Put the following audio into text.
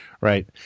Right